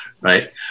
Right